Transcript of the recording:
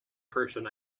person